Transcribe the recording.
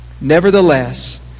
Nevertheless